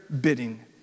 bidding